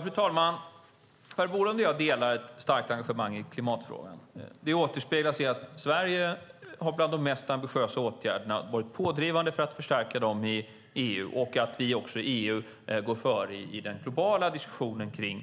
Fru talman! Per Bolund och jag delar ett starkt engagemang i klimatfrågan. Det återspeglas i att Sverige har vidtagit bland de mest ambitiösa åtgärderna och varit pådrivande för att förstärka dem i EU och att vi i EU går före i den globala diskussionen om